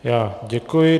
Já děkuji.